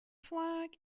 flag